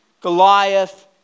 Goliath